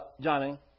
Johnny